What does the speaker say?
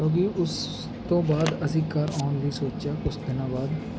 ਕਿਉਂਕਿ ਉਸ ਤੋਂ ਬਾਅਦ ਅਸੀਂ ਘਰ ਆਉਣ ਲਈ ਸੋਚਿਆ ਕੁਝ ਦਿਨਾਂ ਬਾਅਦ